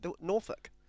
Norfolk